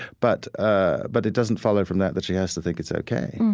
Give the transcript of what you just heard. but ah but it doesn't follow from that that she has to think it's ok